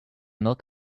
milk